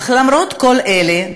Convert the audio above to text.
אך למרות כל אלה,